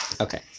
Okay